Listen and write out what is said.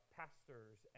pastors